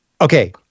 okay